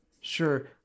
Sure